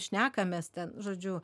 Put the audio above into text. šnekamės ten žodžiu